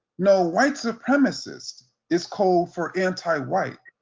no, white supremacist is code for anti white.